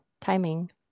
timing